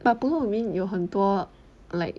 but pulao ubin 有很多 like